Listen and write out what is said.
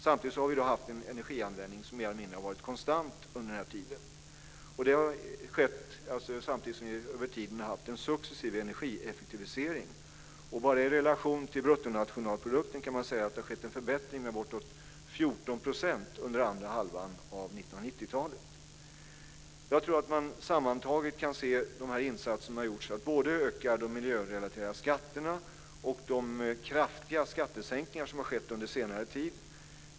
Samtidigt har vi haft en energianvändning som mer eller mindre har varit konstant under denna tid. Detta har skett samtidigt som vi över tiden har haft en successiv energieffektivisering. Bara i relation till bruttonationalprodukten kan man säga att det har skett en förbättring med bortåt 14 % under andra halvan av 1990-talet. Jag tror att man sammantaget kan se att dessa insatser har gjorts för att både öka de miljörelaterade skatterna och bidra till de kraftiga skattesänkningar som har skett under senare tid.